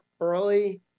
early